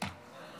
(תיקון